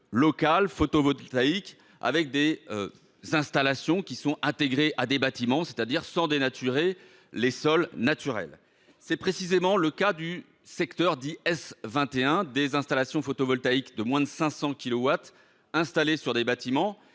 locales photovoltaïques avec des installations intégrées à des bâtiments, c’est à dire sans dénaturer les sols naturels. C’est précisément le cas du secteur dit S21. Des installations photovoltaïques de moins de 500 kilowatts sur des bâtiments